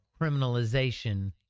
Criminalization